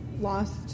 lost